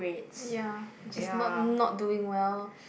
ya which is not not doing well